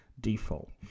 default